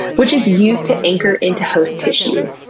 which is used to anchor into host tissue.